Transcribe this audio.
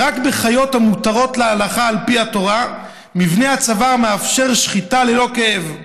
שרק בחיות המותרות להלכה על פי התורה מבנה הצוואר מאפשר שחיטה ללא כאב.